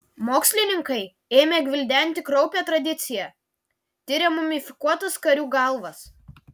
mokslininkai ėmė gvildenti kraupią tradiciją tiria mumifikuotas karių galvas